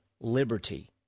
liberty